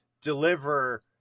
deliver